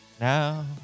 Now